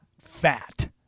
fat